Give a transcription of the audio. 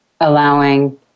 allowing